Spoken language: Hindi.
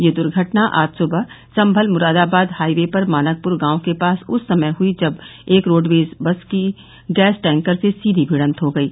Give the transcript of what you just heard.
यह दुर्घटना आज सुबह सम्मल मुरादाबाद हाई वे पर मानकपुर गांव के पास उस समय हुई जब एक रोड़वेज बस की गैस टैंकर से सीधी मिड़त हो गयी